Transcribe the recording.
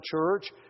Church